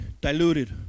diluted